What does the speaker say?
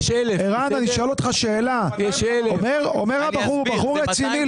אומר ירון שהוא בחור רציני,